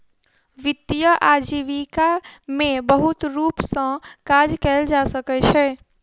वित्तीय आजीविका में बहुत रूप सॅ काज कयल जा सकै छै